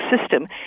system